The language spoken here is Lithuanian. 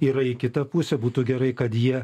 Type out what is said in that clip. yra į kitą pusę būtų gerai kad jie